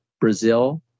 Brazil